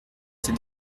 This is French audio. ces